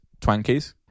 Twankies